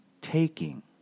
taking